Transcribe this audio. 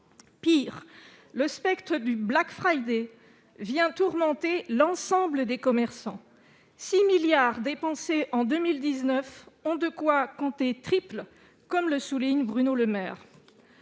Pis, le spectre du Black Friday vient tourmenter l'ensemble des commerçants. Avec 6 milliards dépensés en 2019, c'est un week-end qui compte triple, comme le souligne Bruno Le Maire.